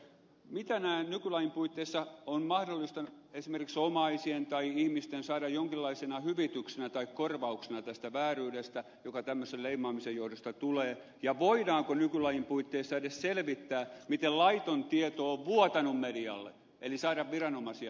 mitä nykylain puitteissa on mahdollista esimerkiksi omaisten tai ihmisten saada jonkinlaisena hyvityksenä tai korvauksena tästä vääryydestä joka tämmöisen leimaamisen johdosta tulee ja voidaanko nykylain puitteissa edes selvittää miten laiton tieto on vuotanut medialle eli saada viranomaisia vastuuseen